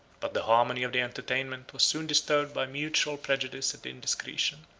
but the harmony of the entertainment was soon disturbed by mutual prejudice and indiscretion.